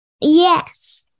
Yes